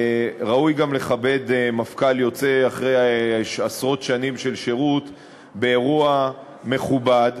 ראוי גם לכבד מפכ"ל יוצא אחרי עשרות שנים של שירות באירוע מכובד.